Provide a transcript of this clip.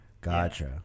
Gotcha